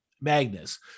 Magnus